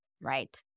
Right